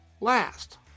last